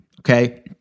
okay